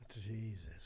Jesus